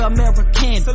American